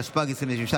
התשפ"ג 2022,